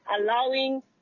allowing